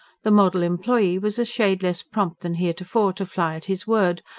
the model employee was a shade less prompt than heretofore to fly at his word,